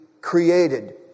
created